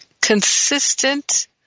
consistent